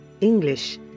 English